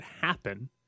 happen